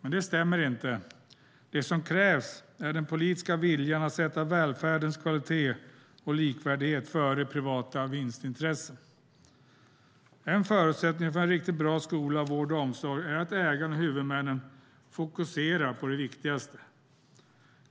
Men det stämmer inte. Det som krävs är den politiska viljan att sätta välfärdens kvalitet och likvärdighet före privata vinstintressen. En förutsättning för en riktigt bra skola, vård och omsorg är att ägarna och huvudmännen fokuserar på det viktigaste.